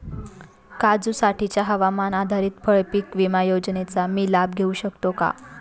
काजूसाठीच्या हवामान आधारित फळपीक विमा योजनेचा मी लाभ घेऊ शकतो का?